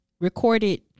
recorded